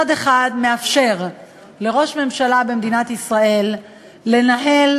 שאף פעם לא עשינו